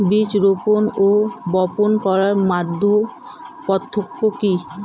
বীজ রোপন ও বপন করার মধ্যে পার্থক্য কি?